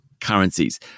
currencies